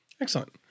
Excellent